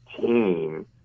team